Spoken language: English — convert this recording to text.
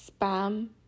spam